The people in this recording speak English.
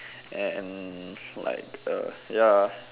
and like uh ya